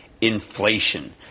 inflation